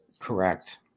Correct